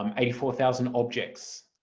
um eighty four thousand objects,